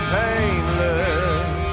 painless